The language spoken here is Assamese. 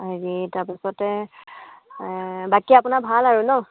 হেৰি তাৰ পিছতে বাকী আপোনাৰ ভাল আৰু ন